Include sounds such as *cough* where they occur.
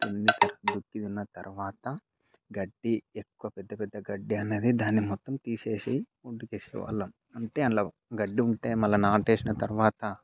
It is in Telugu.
*unintelligible* తర్వాత గడ్డి ఎక్కువ పెద్ద పెద్ద గడ్డి అనేది దాన్ని మొత్తం తీసేసి *unintelligible* వేసేవాళ్లం అంటే అందులో గడ్డి ఉంటే మళ్ళీ నాటు వేసిన తరువాత